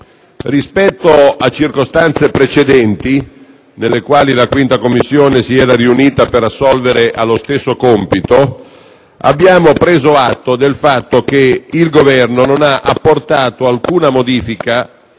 Rispetto a circostanze precedenti, nelle quali la 5a Commissione si era riunita per assolvere allo stesso compito, abbiamo preso atto del fatto che il Governo non ha apportato alcuna modifica